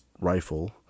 rifle